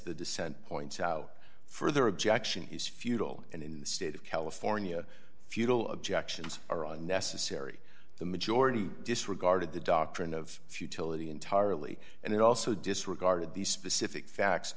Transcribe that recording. the dissent points out further objection is futile and in the state of california futile objections are unnecessary the majority disregarded the doctrine of futility entirely and it also disregarded these specific facts